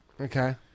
Okay